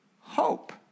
hope